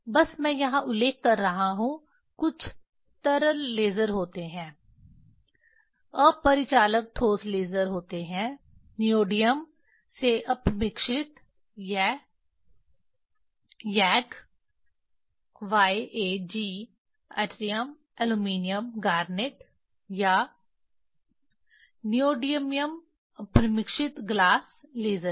बस मैं यहाँ उल्लेख कर रहा हूँ कुछ तरल लेज़र होते हैं अपरिचालक ठोस लेज़र होते हैं नियोडिमियम से अपमिश्रित यह YAG YAG yttrium aluminium garnet या नियोडिमियम अपमिश्रित ग्लास लेज़र है